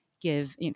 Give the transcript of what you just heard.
Give